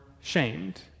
shamed